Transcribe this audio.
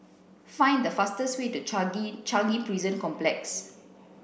find the fastest way to Changi Changi Prison Complex